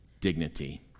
dignity